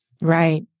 Right